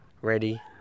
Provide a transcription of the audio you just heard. ready